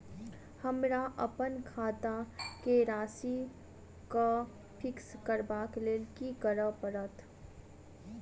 हमरा अप्पन खाता केँ राशि कऽ फिक्स करबाक लेल की करऽ पड़त?